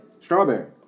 Strawberry